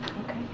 okay